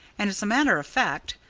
and as a matter of fact,